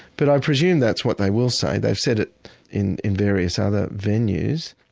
but i presume that's what they will say they've said it in in various other venues.